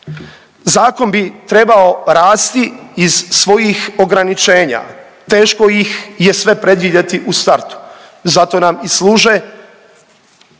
zakon bi trebao rasti iz svojih ograničenja, teško ih je sve predvidjeti u startu, zato nam i služe